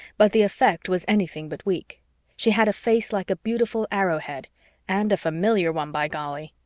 but the effect was anything but weak she had a face like a beautiful arrowhead and a familiar one, by golly!